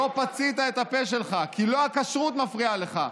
לא פצית את הפה שלך, כי לא הכשרות מפריעה לך,